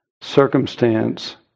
circumstance